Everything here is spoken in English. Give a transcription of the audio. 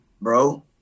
bro